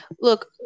look